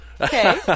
Okay